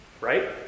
right